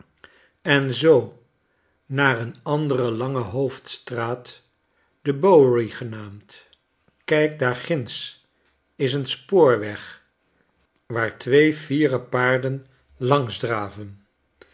en zoo naar een andere lange hoofdstraat de bowery genaamd kijk daar ginds is een spoorweg waar twee fiere paarden langs draven